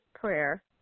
Prayer